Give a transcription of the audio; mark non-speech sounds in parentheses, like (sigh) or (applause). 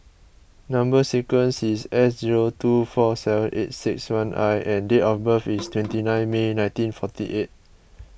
Number Sequence is S zero two four seven eight six one I and date of birth is (noise) twenty nine May nineteen forty eight